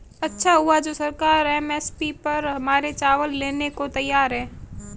अच्छा हुआ जो सरकार एम.एस.पी पर हमारे चावल लेने को तैयार है